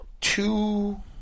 two